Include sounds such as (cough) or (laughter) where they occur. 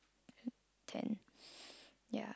ten (breath) ya